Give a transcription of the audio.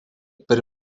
per